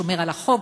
שומר על החוק,